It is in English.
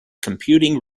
computing